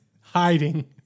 hiding